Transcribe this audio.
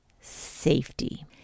safety